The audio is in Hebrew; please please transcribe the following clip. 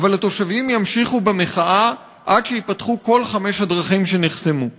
אבל התושבים ימשיכו במחאה עד שייפתחו כל חמש הדרכים שנחסמו.